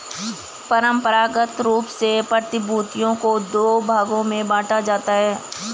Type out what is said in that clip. परंपरागत रूप से प्रतिभूतियों को दो भागों में बांटा जाता है